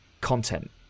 content